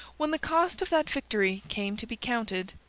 when the cost of that victory came to be counted,